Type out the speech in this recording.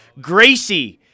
Gracie